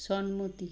সম্মতি